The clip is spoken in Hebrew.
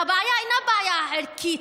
והבעיה אינה בעיה ערכית,